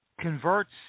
converts